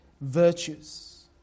virtues